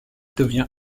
devient